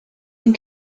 and